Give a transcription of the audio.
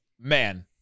man